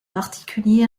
particulier